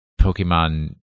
Pokemon